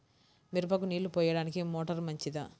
మిరపకు నీళ్ళు పోయడానికి మోటారు మంచిదా?